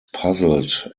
puzzled